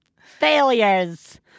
failures